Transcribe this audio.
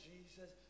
Jesus